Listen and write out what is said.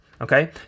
okay